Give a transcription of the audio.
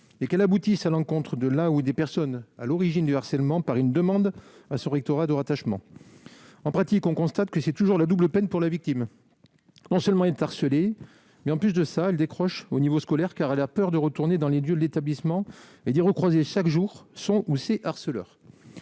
et qu'elle aboutisse à l'encontre de la ou des personnes à l'origine du harcèlement par une demande à son rectorat de rattachement, en pratique, on constate que c'est toujours la double peine pour les victimes, non seulement il est harcelé, mais en plus de ça, elle décroche au niveau scolaire, car elle a peur de retourner dans les duels, l'établissement et dire aux chaque jour son ou c'est harceleurs,